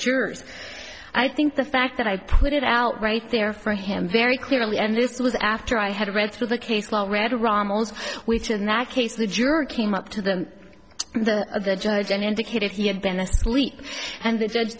jurors i think the fact that i put it out right there for him very clearly and this was after i had read through the case law read ramos which in that case the jury came up to the judge and indicated he had been asleep and